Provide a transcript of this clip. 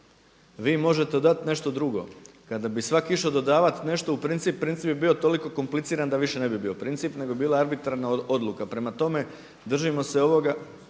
Vi možete dati nešto drugo. Kada bi svak' išao dodavati nešto u princip, princip bi bio toliko kompliciran da više ne bi bio princip, nego bi bila arbitrarna odluka. Prema tome, držimo se ovoga